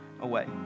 away